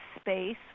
space